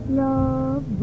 love